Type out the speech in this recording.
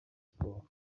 sports